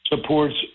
supports